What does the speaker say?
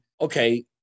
Okay